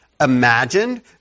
imagined